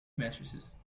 matrices